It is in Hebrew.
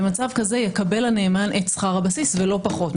במצב כזה יקבל הנאמן את שכר הבסיס ולא פחות.